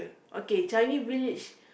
okay Changi-Village